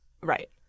Right